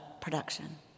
production